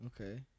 Okay